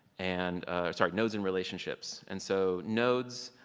and sorry nodes and relationships. and so nodes,